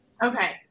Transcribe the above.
Okay